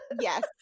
Yes